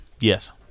Yes